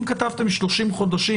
אם כתבתם 30 חודשים,